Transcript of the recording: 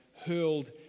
hurled